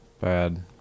bad